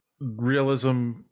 realism